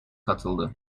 katıldı